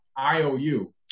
IOU